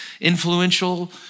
influential